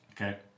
Okay